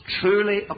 truly